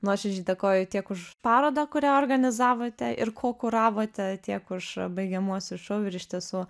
nuoširdžiai dėkoju tiek už parodą kurią organizavote ir kokuravote tiek už baigiamuosius šou iš tiesų